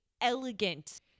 elegant